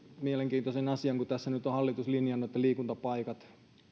mielenkiintoisen asian kun tässä nyt on hallitus linjannut että liikuntapaikat